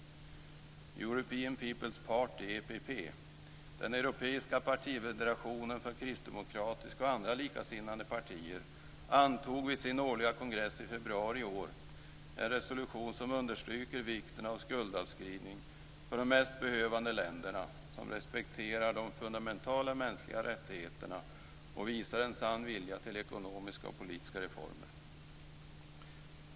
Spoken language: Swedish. European Peoples Party, EPP, den europeiska partifederationen för kristdemokratiska och andra likasinnade partier, antog vid sin årliga kongress i februari i år en resolution som understryker vikten av skuldavskrivning för de mest behövande länderna som respekterar de fundamentala mänskliga rättigheterna och visar en sann vilja till ekonomiska och politiska reformer.